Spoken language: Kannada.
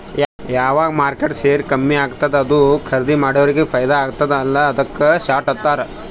ಯಾವಗ್ ಮಾರ್ಕೆಟ್ದು ಶೇರ್ ಕಮ್ಮಿ ಆತ್ತುದ ಅದು ಖರ್ದೀ ಮಾಡೋರಿಗೆ ಫೈದಾ ಆತ್ತುದ ಅಲ್ಲಾ ಅದುಕ್ಕ ಶಾರ್ಟ್ ಅಂತಾರ್